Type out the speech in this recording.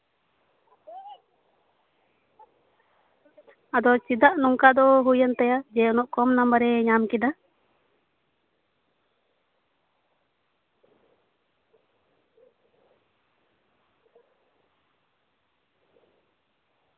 ᱟᱫᱚ ᱪᱮᱫᱟᱜ ᱱᱚᱝᱠᱟ ᱫᱚ ᱦᱩᱭᱮᱱ ᱛᱟᱭᱟ ᱡᱮ ᱩᱱᱟᱹᱜ ᱠᱚᱢ ᱱᱟᱢᱵᱟᱨᱮᱭ ᱧᱟᱢ ᱠᱮᱫᱟ